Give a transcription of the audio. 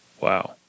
Wow